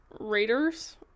Raiders